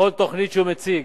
בכל תוכנית שהוא מציג,